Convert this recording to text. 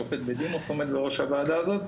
שופט בדימוס עומד בראש הוועדה הזאת.